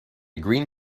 green